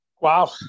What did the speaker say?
Wow